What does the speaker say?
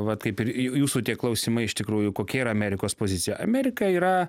vat kaip ir jūsų tie klausimai iš tikrųjų kokia yra amerikos pozicija amerika yra